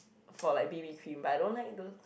for like b_b cream but I don't like those